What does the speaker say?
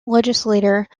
legislator